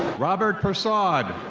robert persaud.